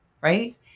right